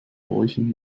bräuchen